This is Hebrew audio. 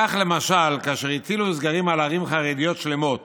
כך, למשל, כאשר הטילו סגרים על ערים חרדיות שלמות